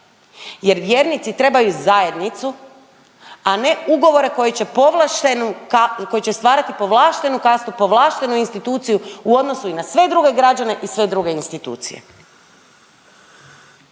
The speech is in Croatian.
jer vjernici trebaju zajednicu, a ne ugovore koji će povlaštenu kas… koji će stvarati povlaštenu kastu, povlaštenu instituciju u odnosu i na sve druge građane i sve druge institucije.